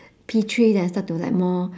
P three then I start to like more